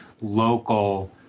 local